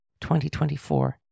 2024